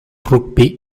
rugby